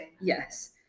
Yes